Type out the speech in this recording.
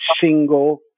single